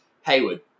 Haywood